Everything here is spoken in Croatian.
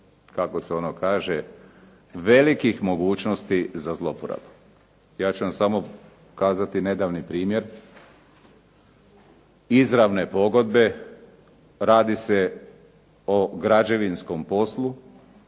kako se ono kaže, velikih mogućnosti za zloporabu. Ja ću vam samo kazati nedavni primjer izravne pogodbe, radi se o građevinskom poslu.